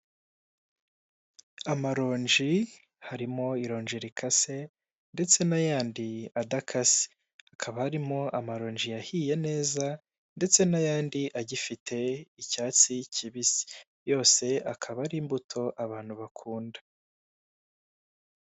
Amaronji harimo ironge rikasse ndetse n'ayandi adakase hakaba harimo amaronji yahiye neza ndetse n'ayandi agifite icyatsi kibisi yose akaba ari imbuto abantu bakunda.